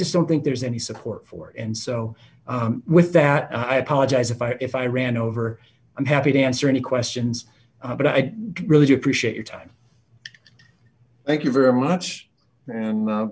just don't think there's any support for and so with that i apologize if i if i ran over i'm happy to answer any questions but i really appreciate your time thank you very much